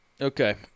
okay